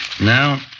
Now